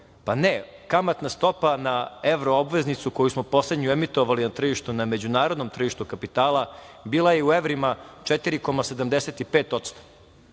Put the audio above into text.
Pa, ne kamatna stopa na evroobveznicu koju smo poslednju emitovali na tržištu na međunarodnom tržištu kapitala bila je u evrima 4,75%.